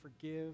forgive